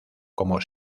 como